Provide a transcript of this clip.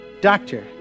doctor